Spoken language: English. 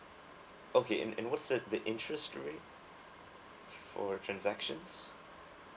okay in in what's that the interest rate for transactions